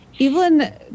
Evelyn